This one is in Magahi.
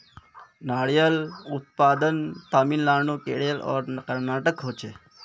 नारियलेर उत्पादन तामिलनाडू केरल आर कर्नाटकोत होछे